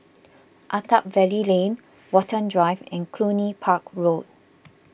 Attap Valley Lane Watten Drive and Cluny Park Road